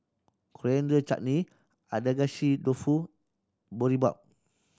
Coriander Chutney Agedashi Dofu Boribap